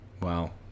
wow